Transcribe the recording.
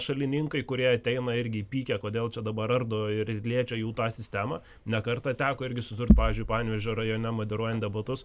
šalininkai kurie ateina irgi įpykę kodėl čia dabar ardo ir liečia jų tą sistemą ne kartą teko irgi susidurt pavyzdžiui panevėžio rajone moderuojant debatus